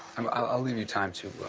um i'll. i'll leave you time to,